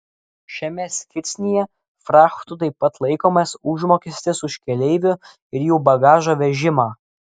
šiame skirsnyje frachtu taip pat laikomas užmokestis už keleivių ir jų bagažo vežimą